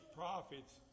prophets